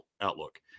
outlook